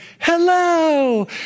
hello